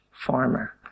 farmer